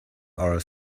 our